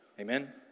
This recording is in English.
Amen